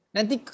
Nanti